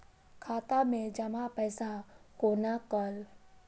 खाता मैं जमा पैसा कोना कल